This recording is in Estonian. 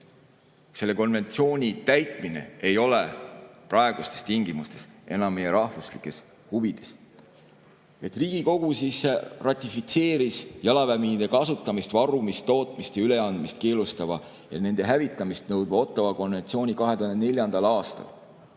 ole konventsiooni täitmine praegustes tingimustes enam meie rahvuslikes huvides. Riigikogu ratifitseeris jalaväemiinide kasutamist, varumist, tootmist ja üleandmist keelustava ja nende hävitamist nõudva Ottawa konventsiooni 2004. aastal,